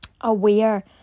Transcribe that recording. aware